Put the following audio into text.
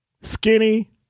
skinny